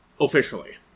officially